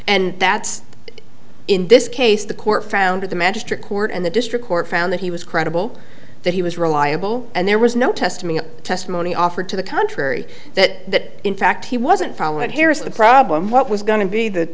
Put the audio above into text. and that's in this case the court found at the magistrate court and the district court found that he was credible that he was reliable and there was no testimony testimony offered to the contrary that in fact he wasn't following here's the problem what was going to be the